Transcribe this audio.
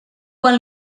quan